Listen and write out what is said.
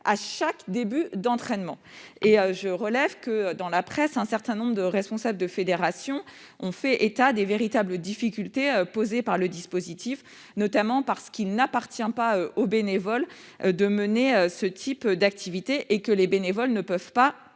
à chaque début d'entraînement. Je relève que, dans la presse, un certain nombre de responsables de fédérations ont fait état des difficultés posées par le dispositif, notamment parce qu'il n'appartient pas aux bénévoles de mener ce type d'activité et que ceux-ci ne peuvent pas